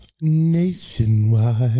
Nationwide